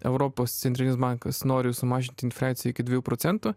europos centrinis bankas nori sumažinti infliaciją iki dviejų procentų